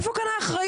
איפה כאן האחריות?